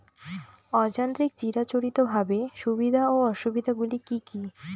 অযান্ত্রিক চিরাচরিতভাবে সুবিধা ও অসুবিধা গুলি কি কি?